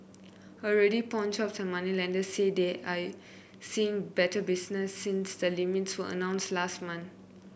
already pawnshops and moneylenders say they are seeing better business since the limits were announced last month